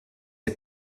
est